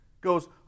goes